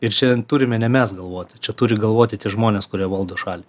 ir čia turime ne mes galvoti čia turi galvoti tie žmonės kurie valdo šalį